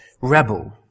Rebel